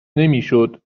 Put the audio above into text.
نمیشدو